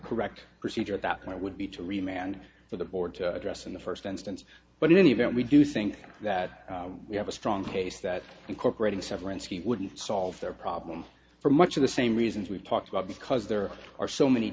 correct procedure at that point would be to remain and for the board to address in the first instance but in any event we do think that we have a strong case that incorporating severin skeet wouldn't solve their problem for much of the same reasons we've talked about because there are so many